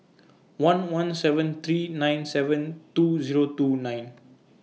one one seven three nine seven two Zero two nine